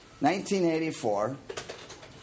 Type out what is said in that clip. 1984